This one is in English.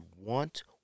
want